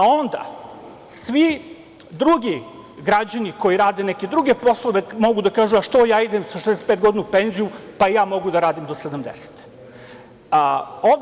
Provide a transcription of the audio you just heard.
A onda svi drugi građani koji rade neke druge poslove mogu da kažu - a zašto ja idem sa 65 godina u penziju, pa i ja mogu da radim do 70. godine?